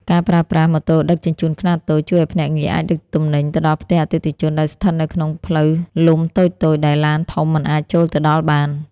ការប្រើប្រាស់ "ម៉ូតូដឹកជញ្ជូនខ្នាតតូច" ជួយឱ្យភ្នាក់ងារអាចដឹកទំនិញទៅដល់ផ្ទះអតិថិជនដែលស្ថិតនៅក្នុងផ្លូវលំតូចៗ ដែលឡានធំមិនអាចចូលទៅដល់បាន។